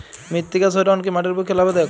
মৃত্তিকা সৌরায়ন কি মাটির পক্ষে লাভদায়ক?